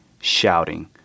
shouting